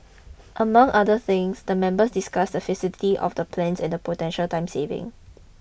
among other things the members discussed the feasibility of the plans and the potential time savings